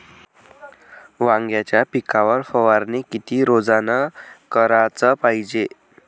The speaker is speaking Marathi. वांग्याच्या पिकावर फवारनी किती रोजानं कराच पायजे?